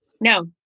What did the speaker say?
No